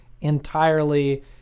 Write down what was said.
entirely